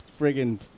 friggin